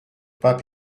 pas